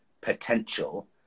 potential